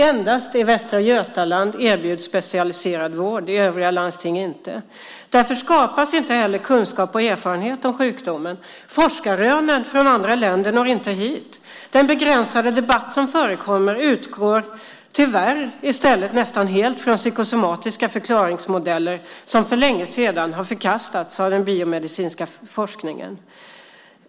Endast i Västra Götaland erbjuds specialiserad vård - i övriga landsting erbjuds det inte. Därför skapas inte heller kunskap och erfarenhet när det gäller sjukdomen. Forskarrönen från andra länder når inte hit. Den begränsade debatt som förekommer utgår, tyvärr, i stället nästan helt från psykosomatiska förklaringsmodeller som för länge sedan har förkastats av den biomedicinska forskningen.